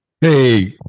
Hey